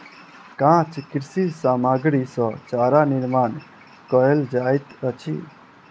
काँच कृषि सामग्री सॅ चारा निर्माण कयल जाइत अछि